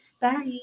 Bye